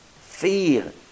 fear